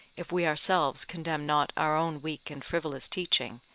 if we ourselves condemn not our own weak and frivolous teaching,